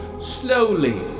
slowly